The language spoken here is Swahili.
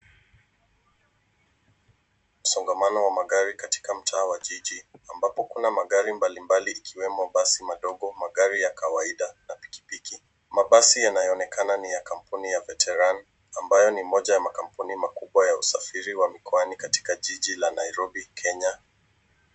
Msongamano wa magari katika mtaa wa jiji ambapo kuna magari mbali mbali ikiwemo basi madogo , magari ya kawaida na pikipiki. Mabasi yanayooenekana ni ya kampuni ya Veteran ambayo ni moja ya makampuni makubwa ya usafiri wa mikwani katika jiji la Nairobi Kenya.